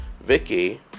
Vicky